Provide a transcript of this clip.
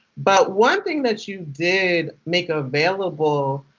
but one thing that you did make available